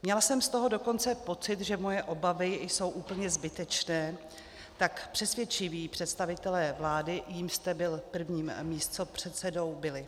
Měla jsem z toho dokonce pocit, že moje obavy jsou úplně zbytečné, tak přesvědčiví představitelé vlády, jímž jste byl prvním místopředsedou, byli.